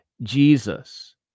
Jesus